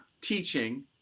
teaching